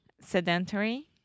Sedentary